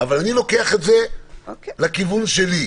אבל אני לוקח את זה לכיוון שלי,